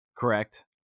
Correct